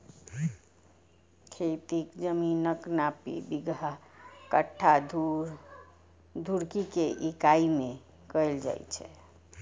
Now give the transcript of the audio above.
खेतीक जमीनक नापी बिगहा, कट्ठा, धूर, धुड़की के इकाइ मे कैल जाए छै